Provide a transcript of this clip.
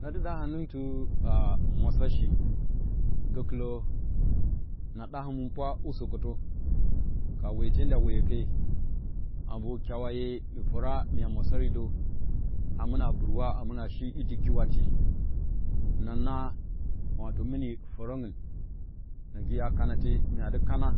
Na dɨ, da hanɨngtɨ, a mwasashi gəkɨlə na ɗa həmɨnpwa usəkətəka wete nda weyo ke, a vor kyawahye dɨ fəra mya mwasari də, a mɨna virwa a mɨnaa shi i tɨ kyiwati, na naa wato mɨni fərəngɨn nagi ya kana ti mya dɨ kana,